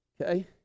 Okay